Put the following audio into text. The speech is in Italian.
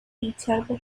richard